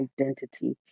identity